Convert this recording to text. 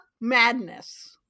madness